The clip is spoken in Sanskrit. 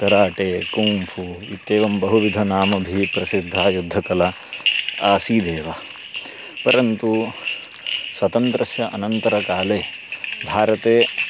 कराटे कुम्फ़ु इत्येवं बहुविधनामभिः प्रसिद्धा युद्धकला आसीदेव परन्तु स्वतन्त्रस्य अनन्तरकाले भारते